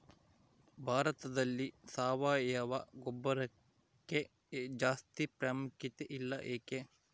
ಭಾರತದಲ್ಲಿ ಸಾವಯವ ಗೊಬ್ಬರಕ್ಕೆ ಜಾಸ್ತಿ ಪ್ರಾಮುಖ್ಯತೆ ಇಲ್ಲ ಯಾಕೆ?